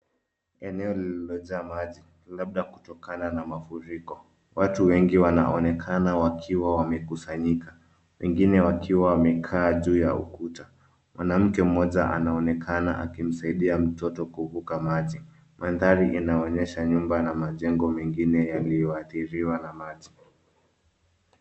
Eneo lililojaa maji labda kutokana na mafuriko. Watu wengi wanaonekana wakiwa wamekusanyika, wengine wakiwa wamekaa juu ya ukuta. Mwanamke mmoja anaonekana akimsaidia mtoto kuvuka maji. Mandhari inaonyesha nyumba na majengo mengine yaliyoathiriwa na maji.